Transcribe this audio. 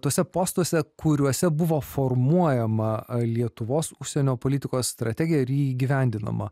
tuose postuose kuriuose buvo formuojama lietuvos užsienio politikos strategija ir ji įgyvendinama